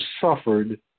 suffered